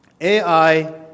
AI